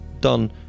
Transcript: done